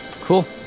Cool